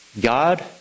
God